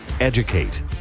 educate